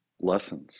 lessons